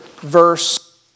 verse